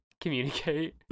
communicate